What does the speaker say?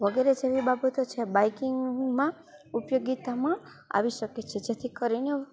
વગેરે જેવી બાબતો છે બાઇકિંગમાં ઉપયોગિતામાં આવી શકે છે જેથી કરીને